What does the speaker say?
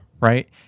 right